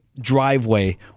driveway